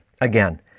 Again